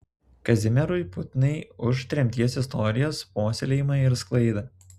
kazimierui putnai už tremties istorijos puoselėjimą ir sklaidą